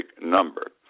number